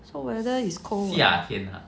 so whether is cold a not